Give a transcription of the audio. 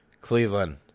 Cleveland